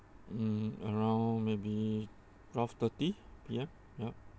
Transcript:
mmhmm around maybe twelve thirty P_M yup